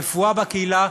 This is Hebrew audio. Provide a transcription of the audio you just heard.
הרפואה בקהילה,